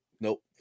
nope